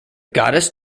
goddess